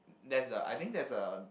that's the I think that's the